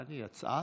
בבקשה,